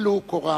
טלו קורה